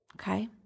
Okay